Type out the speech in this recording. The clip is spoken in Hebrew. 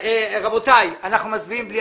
רבותיי, אנחנו מצביעים בלי